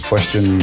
Question